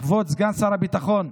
כבוד סגן שר הביטחון,